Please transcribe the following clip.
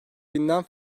binden